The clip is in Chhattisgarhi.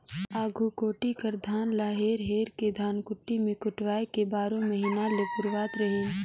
आघु कोठी कर धान ल हेर हेर के धनकुट्टी मे कुटवाए के बारो महिना ले पुरावत रहिन